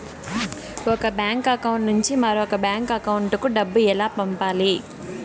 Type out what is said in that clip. ఒక bank account నుంచి మరొక బ్యాంకు అకౌంట్ కు డబ్బు ఎలా పంపాలి